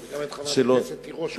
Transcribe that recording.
וגם את חברת הכנסת תירוש.